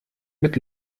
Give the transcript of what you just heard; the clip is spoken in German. mit